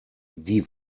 die